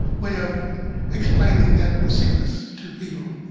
way of explaining that sickness to people.